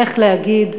איך להגיד,